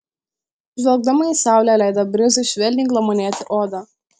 žvelgdama į saulę leido brizui švelniai glamonėti odą